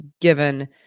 given